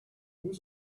who